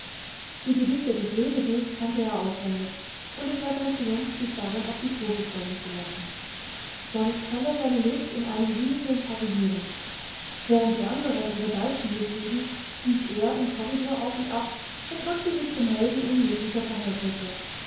die gedichte des lesebuchs kannte er auswendig und es war sein triumph sich darin auf die probe stellen zu lassen sonst fand er seine lust in einem wühlenden fabulieren während die andern ihre ballspiele trieben lief er im korridor auf und ab und machte sich zum helden unmöglicher verhältnisse